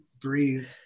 breathe